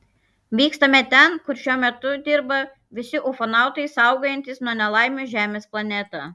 vykstame ten kur šiuo metu dirba visi ufonautai saugojantys nuo nelaimių žemės planetą